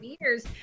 years